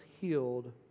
healed